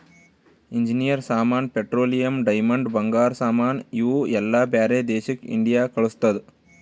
engineer ಸಾಮಾನ್, petroleum, diamond, ಬಂಗಾರ ಸಾಮಾನ್ ಇವು ಎಲ್ಲಾ ಬ್ಯಾರೆ ದೇಶಕ್ ಇಂಡಿಯಾ ಕಳುಸ್ತುದ್